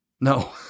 no